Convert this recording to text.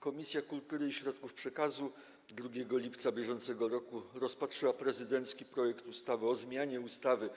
Komisja Kultury i Środków Przekazu 2 lipca br. rozpatrzyła prezydencki projekt ustawy o zmianie ustawy